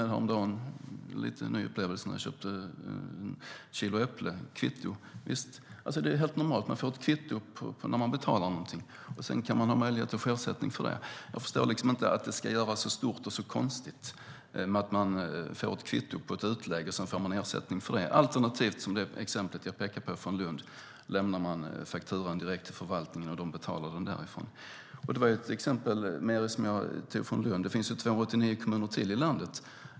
Det var en ny upplevelse när jag handlade ett kilo äpplen på torget häromdagen och till och med där fick ett kvitto. Det är helt normalt. Man får ett kvitto när man betalar någonting, och sedan kan man ha möjlighet att få ersättning för det. Jag förstår inte att det ska göras så stort och så konstigt att man först får kvitto på ett utlägg och sedan får ersättning för det, alternativt att man, som i mitt exempel från Lund, lämnar fakturan direkt till förvaltningen, som sedan betalar den. Detta var ett exempel från Lund. Det finns 289 kommuner till i landet.